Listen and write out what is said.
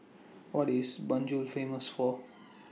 What IS Banjul Famous For